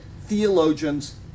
theologians